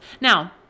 Now